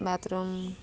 bathroom